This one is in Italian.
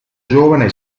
giovane